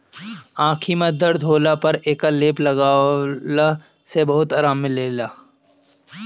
आंखी में दर्द होखला पर एकर लेप लगवला से बहुते आराम मिलेला